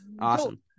Awesome